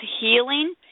healing